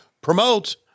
Promote